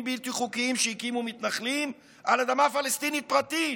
בלתי חוקיים שהקימו מתנחלים על אדמה פלסטינית פרטית,